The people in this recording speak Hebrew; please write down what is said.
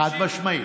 חד-משמעית.